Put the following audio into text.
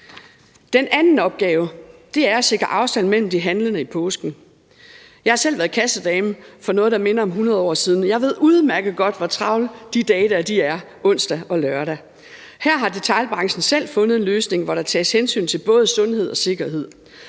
Den anden opgave er at sikre afstand mellem de handlende i påsken. Jeg har selv været kassedame for noget, der minder om 100 år siden, og jeg ved udmærket godt, hvor travle de der dage er, altså onsdag og lørdag. Her har detailbranchen selv fundet en løsning, hvor der tages hensyn til både sundhed og sikkerhed,